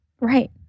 Right